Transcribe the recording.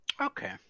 Okay